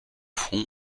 fond